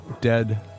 dead